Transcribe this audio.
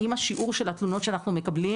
האם השיעור של התלונות שאנחנו מקבלים